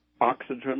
oxygen